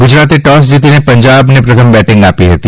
ગુજરાતે ટોસ જીતીને પંજાબને પ્રથમ બેટિંગ આપી હતી